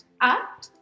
up